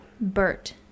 Bert